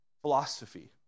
philosophy